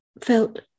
felt